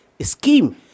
scheme